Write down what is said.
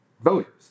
voters